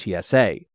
TSA